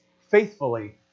faithfully